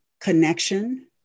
connection